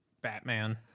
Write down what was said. Batman